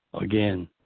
Again